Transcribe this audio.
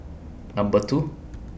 Number two